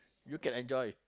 you can enjoy